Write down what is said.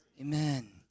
Amen